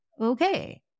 okay